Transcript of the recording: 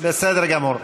בסדר גמור.